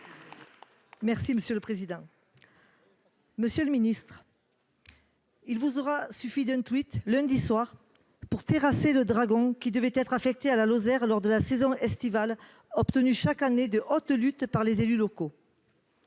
et Social Européen. Monsieur le ministre, il vous aura suffi d'un, lundi soir, pour terrasser le qui devait être affecté à la Lozère lors de la saison estivale, obtenu chaque année de haute lutte par les élus locaux.